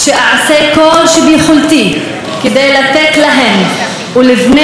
שאעשה כל שביכולתי כדי לתת להן ולבני